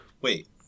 Wait